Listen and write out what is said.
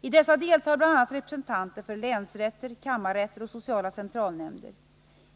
I dessa deltar bl.a. representanter för länsrätter, kammarrätter och sociala centralnämnder.